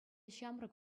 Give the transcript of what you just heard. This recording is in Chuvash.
ҫамрӑк